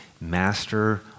master